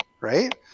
Right